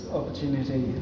opportunity